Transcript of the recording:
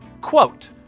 Quote